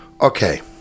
Okay